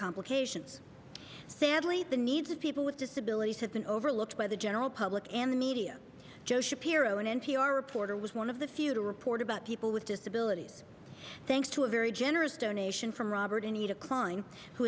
complications sadly the needs of people with disabilities have been overlooked by the general public and the media joe shapiro an n p r reporter was one of the few to report about people with disabilities thanks to a very generous donation from robert anita kline who